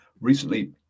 recently